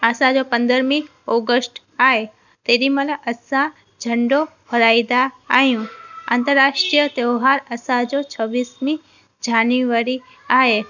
असांजो पंद्रहंवी ऑगस्ट आहे तेॾी महिल असां झंडो फराईदा आहियूं अंतरराष्ट्रीय त्यौहार असांजो छवीसवी झेनीवरी आहे